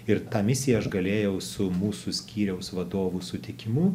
ir tą misiją aš galėjau su mūsų skyriaus vadovų sutikimu